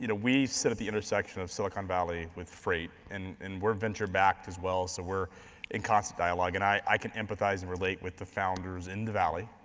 you know we sit at the intersection of silicon valley with freight, and and we're venture backed as well, so we're in constant dialogue, and i can empathize and relate with the founders in the valley.